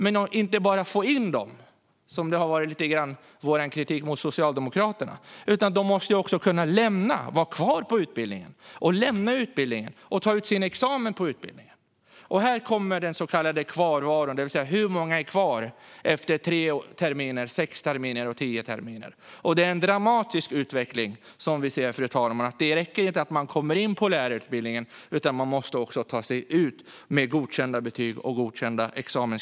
Men de ska inte bara in i utbildningen, som har varit vår kritik mot Socialdemokraterna, utan de ska också vara kvar på utbildningen och lämna utbildningen med en examen. Här kommer frågan om den så kallade kvarvaron in, det vill säga hur många studenter som är kvar efter tre terminer, sex terminer eller tio terminer. Vi ser en dramatisk utveckling, fru talman. Det räcker inte att komma in på lärarutbildningen utan man måste också ta sig ut med godkända betyg och godkänd examen.